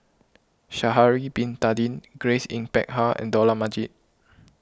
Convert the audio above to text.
Sha'ari Bin Tadin Grace Yin Peck Ha and Dollah Majid